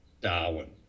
Darwin